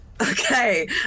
okay